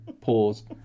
pause